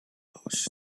hosts